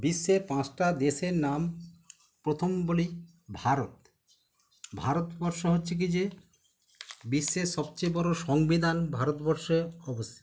বিশ্বের পাঁচটা দেশের নাম প্রথম বলি ভারত ভারতবর্ষ হচ্ছে কি যে বিশ্বের সবচেয়ে বড়ো সংবিধান ভারতবর্ষে অবস্থিত